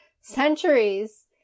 centuries